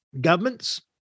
governments